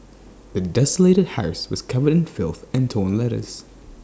the desolated house was covered in filth and torn letters